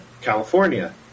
California